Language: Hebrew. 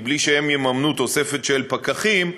כי בלי שהם יממנו תוספת של פקחים,